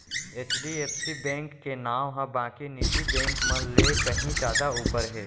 HDFC bank के नांव ह बाकी निजी बेंक मन ले कहीं जादा ऊपर हे